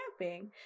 camping